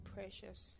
Precious